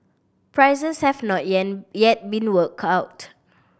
prices have not yet been worked out